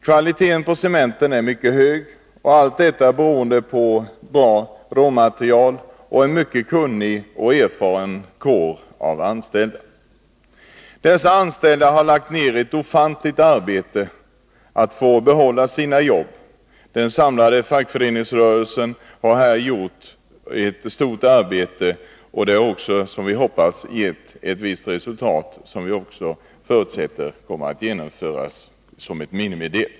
Kvaliteten på cementen är mycket hög, beroende på bra råmaterial och en mycket kunnig och erfaren kår av anställda. Dessa anställda har lagt ned ett ofantligt arbete för att få behålla sina jobb. Den samlade fackföreningsrörelsen har här gjort ett stort arbete, och det har också, som vi hoppas, givit ett visst resultat, som vi förutser kommer att genomföras som ett minimum.